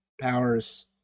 powers